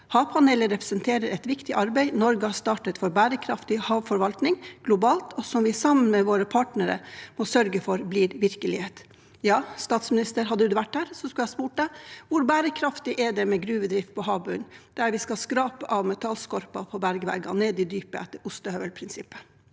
Havpanelet representerer et viktig arbeid Norge har startet for bærekraftig havforvaltning globalt og som vi sammen med våre partnere må sørge for blir virkelighet.» Hadde statsministeren vært her, skulle jeg ha spurt ham: Hvor bærekraftig er det med gruvedrift på havbunnen, der vi skal skrape av metallskorpen på bergveggene nede i dypet etter ostehøvelprinsippet?